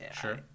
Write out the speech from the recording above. Sure